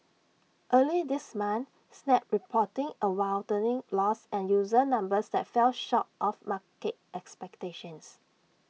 early this month snap reporting A widening loss and user numbers that fell short of market expectations